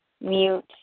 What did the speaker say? mute